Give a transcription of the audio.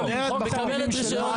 היא מוגדרת בחוק.